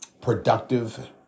productive